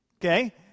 Okay